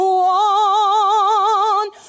one